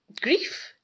grief